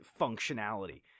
functionality